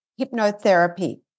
hypnotherapy